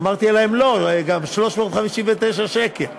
אמרתי להם: לא, גם 359 שקל.